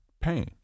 pain